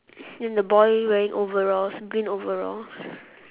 then the boy wearing overalls green overalls